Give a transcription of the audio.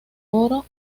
oro